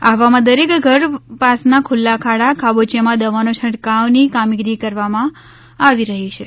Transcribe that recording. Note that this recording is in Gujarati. આહવામાં દરેક ઘર પાસના ખુલ્લા ખાડા ખાબોચિયામાં દવાનો છંટકાવની કામગીરી કરવામાં આવી રહી છે